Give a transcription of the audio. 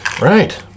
Right